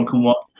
what